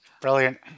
brilliant